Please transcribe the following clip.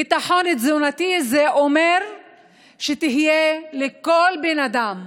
ביטחון תזונתי זה אומר שתהיה לכל בן אדם,